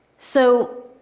so